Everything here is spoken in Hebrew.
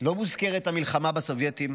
לא מוזכרת המלחמה בסובייטים